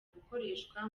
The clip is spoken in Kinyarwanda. gukoreshwa